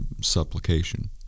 supplication